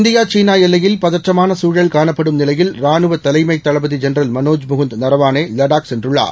India China எல்லையில் பதற்றமான சூழல் காணப்படும் நிலையில் ராணுவ தலைமைத் தளப்தி ஜெனரல் மனோஜ் முகுந்த் நரவானே லடாக் சென்றுள்ளார்